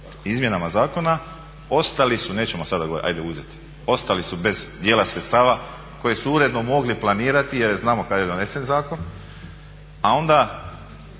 izmjenama zakona ostali su, nećemo sada govoriti hajde uzeti. Ostali su bez dijela sredstava koje su uredno mogli planirati jer znamo kad je donesen zakon, a onda